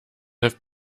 have